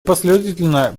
последовательно